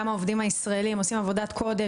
גם העובדים הישראלים עושים עבודת קודש.